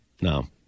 No